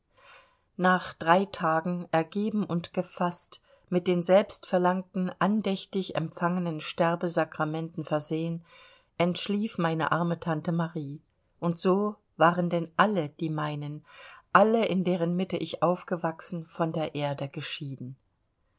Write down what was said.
nach drei tagen ergeben und gefaßt mit den selbstverlangten andächtig empfangenen sterbesakramenten versehen entschlief meine arme tante marie und so waren denn alle die meinen alle in deren mitte ich aufgewachsen von der erde geschieden